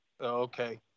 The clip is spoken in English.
Okay